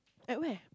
at where